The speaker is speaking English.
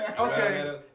Okay